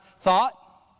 thought